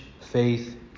faith